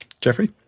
Jeffrey